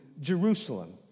Jerusalem